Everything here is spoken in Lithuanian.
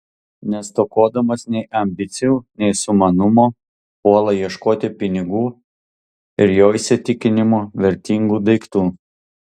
nestokodamas nei ambicijų nei sumanumo puola ieškoti pinigų ir jo įsitikinimu vertingų daiktų